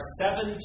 seven